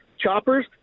choppers